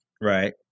Right